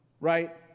Right